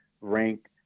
rank